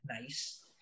nice